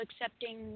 accepting